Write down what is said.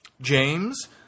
James